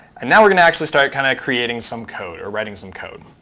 and now we're going to actually start kind of creating some code or writing some code.